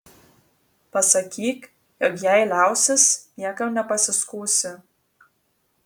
pasakyk jog jei liausis niekam nepasiskųsi